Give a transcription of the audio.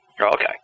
Okay